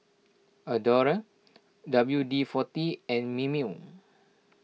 Adore W D forty and Mimeo